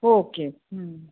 okay ಹ್ಞೂ